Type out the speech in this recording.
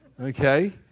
okay